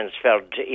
transferred